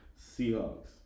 Seahawks